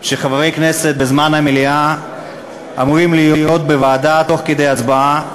שחברי כנסת בזמן המליאה אמורים להיות בוועדה תוך כדי הצבעה,